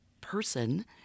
person